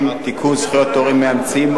(תיקון מס' 48) (זכויות הורים מאמצים,